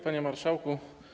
Panie Marszałku!